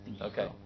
Okay